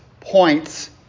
points